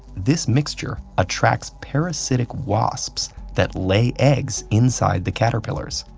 this mixture attracts parasitic wasps that lay eggs inside the caterpillars.